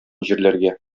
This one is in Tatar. җирләргә